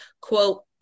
Quote